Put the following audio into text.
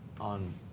on